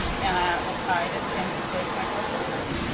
and i ah i didn't think to take my profile down.